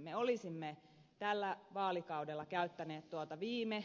me olisimme tällä vaalikaudella käyttäneet tuota viime